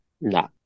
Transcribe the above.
No